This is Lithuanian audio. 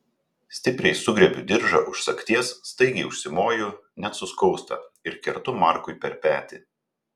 stipriai sugriebiu diržą už sagties staigiai užsimoju net suskausta ir kertu markui per petį